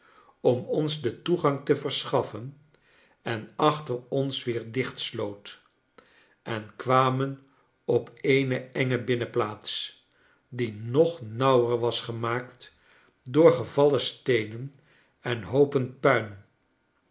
om ons den toegang te verschaffen en achter ons weer dichtsloot en kwamen op eene enge binnenplaats die nog nauwer was gemaakt door gevallen steenen en hoopen puin